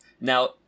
Now